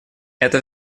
это